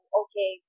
okay